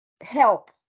help